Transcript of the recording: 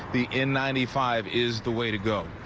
the n ninety five is the way to go.